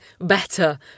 better